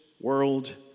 world